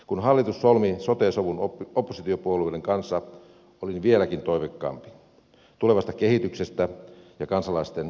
kun hallitus solmi sote sovun oppositiopuolueiden kanssa olin vieläkin toiveikkaampi tulevasta kehityksestä ja kansalaisten valinnanvapaudesta